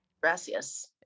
Gracias